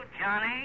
Johnny